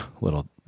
little